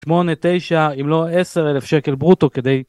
שמונה תשע אם לא עשר אלף שקל ברוטו כדי.